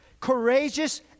courageous